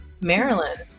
Maryland